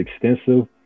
extensive